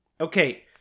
Okay